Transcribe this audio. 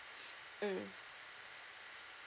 mm